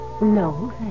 No